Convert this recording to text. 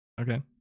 okay